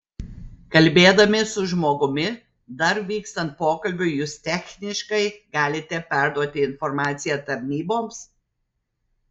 kalbėdami su žmogumi dar vykstant pokalbiui jūs techniškai galite perduoti informaciją tarnyboms